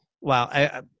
wow